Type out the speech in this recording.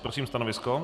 Prosím stanovisko.